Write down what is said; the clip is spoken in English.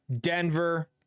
Denver